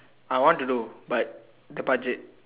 I want to do but the budget